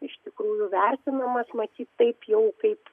iš tikrųjų vertinamas matyt taip jau kaip